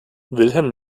wilhelm